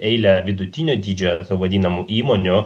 eilę vidutinio dydžio vadinamų įmonių